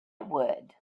would